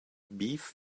beef